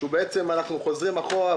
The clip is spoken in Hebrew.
שבעצם אנחנו חוזרים אחורה,